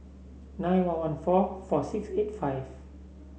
nine one one four four six eight five